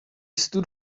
stood